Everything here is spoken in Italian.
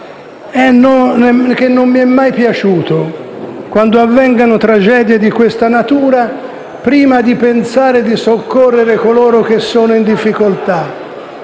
Però non mi è mai piaciuto il fatto che, quando avvengono tragedie di questa natura, prima di pensare a soccorrere coloro che sono in difficoltà